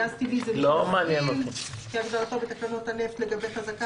גז טבעי: מפעיל כהגדרתו בתקנות הנפט לגבי חזקה